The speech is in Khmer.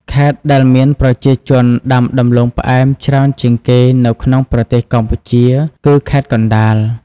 ខេត្តដែលមានប្រជាជនដាំដំឡូងផ្អែមច្រើនជាងគេនៅក្នុងប្រទេសកម្ពុជាគឺខេត្តកណ្ដាល។